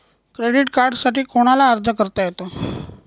Credit कार्डसाठी कोणाला अर्ज करता येतो?